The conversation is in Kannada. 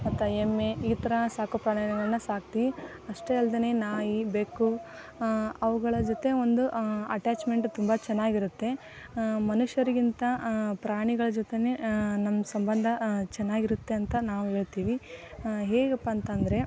ಮತ್ತು ಎಮ್ಮೆ ಈ ಥರ ಸಾಕು ಪ್ರಾಣಿಗಳನ್ನು ಸಾಕ್ತಿವಿ ಅಷ್ಟೆ ಅಲ್ದನೆ ನಾಯಿ ಬೆಕ್ಕು ಅವುಗಳ ಜೊತೆ ಒಂದು ಅಟ್ಯಾಚ್ಮೆಂಟ್ ತುಂಬ ಚೆನ್ನಾಗಿರುತ್ತೆ ಮನುಷ್ಯರಿಗಿಂತ ಪ್ರಾಣಿಗಳ ಜೊತೆಯೇ ನಮ್ಮ ಸಂಬಂಧ ಚೆನ್ನಾಗಿರುತ್ತೆ ಅಂತ ನಾವು ಹೇಳ್ತಿವಿ ಹೇಗಪ್ಪ ಅಂತಂದರೆ